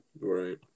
right